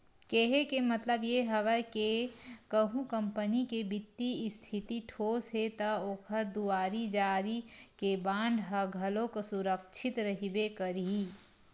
केहे के मतलब ये हवय के कहूँ कंपनी के बित्तीय इस्थिति ठोस हे ता ओखर दुवारी जारी के बांड ह घलोक सुरक्छित रहिबे करही